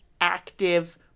active